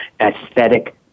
aesthetic